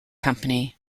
company